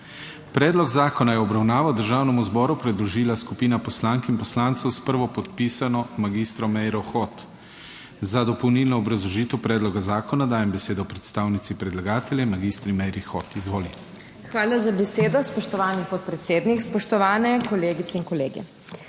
Predlog zakona je v obravnavo Državnemu zboru predložila skupina poslank in poslancev, s prvopodpisano magistro Meiro Hot. Za dopolnilno obrazložitev predloga zakona dajem besedo predstavnici predlagatelja, magistri Meiri Hot. Izvoli. MAG. MEIRA HOT (PS SD): Hvala za besedo, spoštovani podpredsednik. Spoštovani kolegice in kolegi!